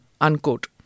unquote